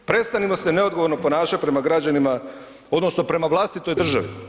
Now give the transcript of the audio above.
Prestanimo se neodgovorno ponašati prema građanima, odnosno prema vlastitoj državi.